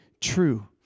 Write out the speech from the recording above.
True